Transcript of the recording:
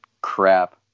crap